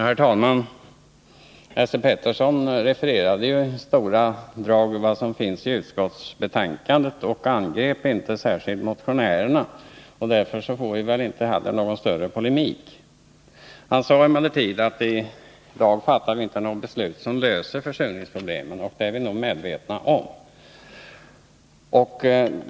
Herr talman! Esse Petersson refererade utskottsbetänkandet i stora drag och angrep inte särskilt mycket motionärerna, så därför får vi väl inte någon större polemik. Han sade emellertid att vi i dag inte fattade något beslut som löser försurningsproblemen. Det är vi medvetna om.